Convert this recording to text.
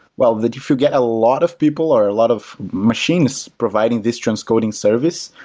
well, that if you get a lot of people, or a lot of machines providing this transcoding service,